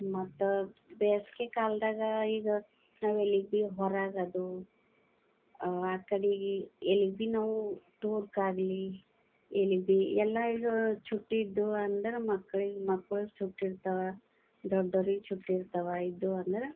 ಮತ್ತು ಬೇಸ್ಗೆ ಕಾಲದಾಗ ಈಗ ನಾವೆಲ್ಲಿಗೆ ಬಿ ಹೊರಗದು ಆ ಕಡೆಗೆ ಎಲ್ಲಿಗೆ ಬಿ ನಾವು ಟೂರ್ಗಾಗ್ಲಿ ಎಲ್ಲಿಗೆ ಬಿ ಎಲ್ಲ ಇದು ಚುಟ್ಟಿದ್ದು ಅಂದ್ರೆ ಮಕ್ಳಿಗೆ ಮಕ್ಳುಗೆ ಚುಟ್ಟಿರ್ತವ ದೊಡ್ಡೋರಿಗೆ ಚುಟ್ಟಿರ್ತವ ಇದ್ದು ಅಂದ್ರೆ